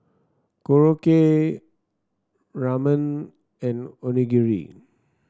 Korokke Ramen and Onigiri